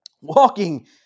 walking